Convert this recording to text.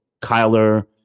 kyler